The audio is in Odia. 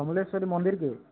ସମଲେଶ୍ଵରୀ ମନ୍ଦିର କେ